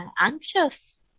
anxious